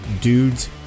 dudes